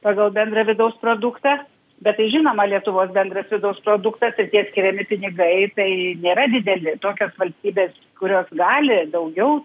pagal bendrą vidaus produktą bet tai žinoma lietuvos bendras vidaus produktas ir tie skiriami pinigai tai nėra dideli tokios valstybės kurios gali daugiau